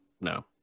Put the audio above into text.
no